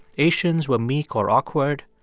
asians were meek or awkward.